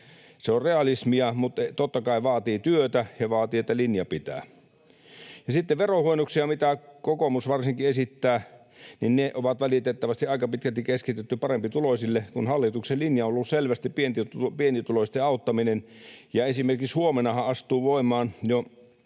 Se on realismia mutta totta kai vaatii työtä ja vaatii, että linja pitää. Sitten verohuojennukset, mitä varsinkin kokoomus esittää, on valitettavasti aika pitkälti keskitetty parempituloisille, kun hallituksen linja on ollut selvästi pienituloisten auttaminen. Esimerkiksi huomennahan astuu voimaan jo